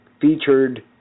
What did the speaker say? featured